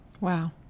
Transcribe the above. Wow